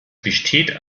besteht